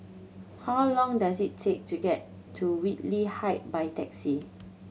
how long does it take to get to Whitley Height by taxi